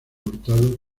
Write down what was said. hurtado